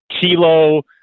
kilo